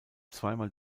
zweimal